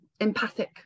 empathic